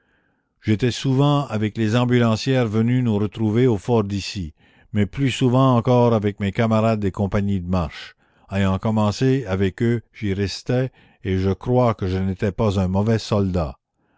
j'étais souvent avec les ambulancières venues nous retrouver au fort d'issy mais plus souvent encore avec mes camarades des compagnies de marche ayant commencé avec eux j'y restais et je crois que je n'étais pas un mauvais soldat